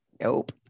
Nope